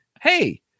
hey